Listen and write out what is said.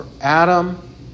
Adam